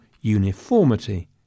uniformity